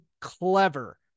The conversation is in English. clever